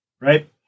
Right